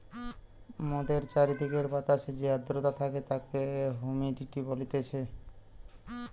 মোদের চারিদিকের বাতাসে যে আদ্রতা থাকে তাকে হুমিডিটি বলতিছে